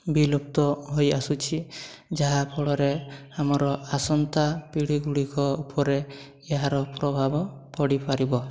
ବିଲୁପ୍ତ ହୋଇଆସୁଛି ଯାହାଫଳରେ ଆମର ଆସନ୍ତା ପିଢ଼ିଗୁଡ଼ିକ ଉପରେ ଏହାର ପ୍ରଭାବ ପଡ଼ିପାରିବ